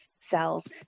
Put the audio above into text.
cells